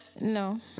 No